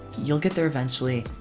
you'll get there eventually.